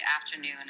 afternoon